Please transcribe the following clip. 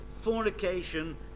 fornication